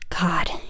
god